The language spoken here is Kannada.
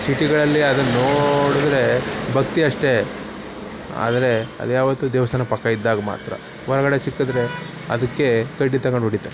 ಸಿಟಿಗಳಲ್ಲಿ ಅದನ್ನ ನೋಡಿದರೆ ಭಕ್ತಿ ಅಷ್ಟೇ ಆದರೆ ಅದ್ಯಾವತ್ತೂ ದೇವಸ್ಥಾನ ಪಕ್ಕ ಇದ್ದಾಗ ಮಾತ್ರ ಹೊರಗಡೆ ಸಿಕ್ಕಿದರೆ ಅದಕ್ಕೆ ಕಡ್ಡಿ ತಗೊಂಡು ಹೊಡಿತಾರೆ